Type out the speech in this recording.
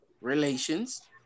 relations